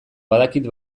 badakit